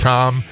Tom